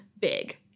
big